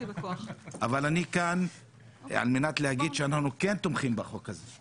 אבל אני כאן על מנת להגיד שאנחנו כן תומכים בחוק הזה.